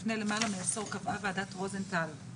לפני למעלה מעשור קבעה וועדת רוזנטל,